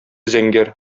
зәңгәр